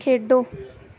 ਖੇਡੋ